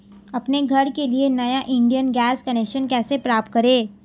अपने घर के लिए नया इंडियन गैस कनेक्शन कैसे प्राप्त करें?